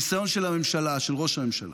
הניסיון של הממשלה, של ראש הממשלה,